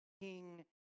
King